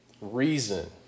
reason